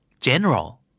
General